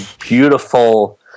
beautiful